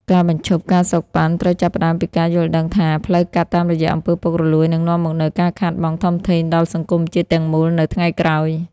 ការបញ្ឈប់ ការសូកប៉ាន់ ត្រូវចាប់ផ្ដើមពីការយល់ដឹងថា ផ្លូវកាត់តាមរយៈអំពើពុករលួយនឹងនាំមកនូវការខាតបង់ធំធេងដល់សង្គមជាតិទាំងមូលនៅថ្ងៃក្រោយ។